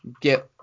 get